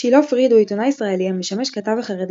שילה פריד הוא עיתונאי ישראלי המשמש כתב החרדים